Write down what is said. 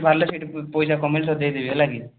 ବାହାରିଲେ ସେଇଠି ପଇସା କମାଇଲେ ତତେ ଦେଇ ଦେବି ହେଲା କି